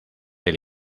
del